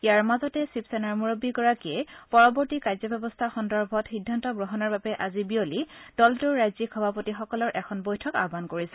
ইয়াৰ মাজতে শিৱসেনাৰ মুৰববী গৰাকীয়ে পৰৱৰ্তী কাৰ্যব্যৱস্থা সন্দৰ্ভত সিদ্ধান্ত গ্ৰহণৰ বাবে আজি বিয়লি দলটোৰ ৰাজ্যিক সভাপতিসকলৰ এখন বৈঠক আয়ান কৰিছে